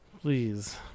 please